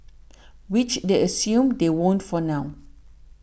which they assume they won't for now